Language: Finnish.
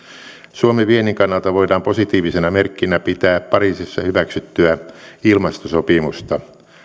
suomen viennin kannalta voidaan positiivisena merkkinä pitää pariisissa hyväksyttyä ilmastosopimusta